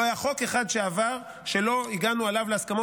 לא היה חוק אחד שעבר שלא הגענו אליו בהסכמות,